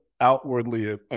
outwardly